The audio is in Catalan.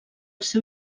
seu